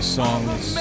songs